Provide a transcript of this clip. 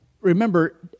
Remember